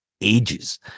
ages